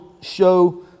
show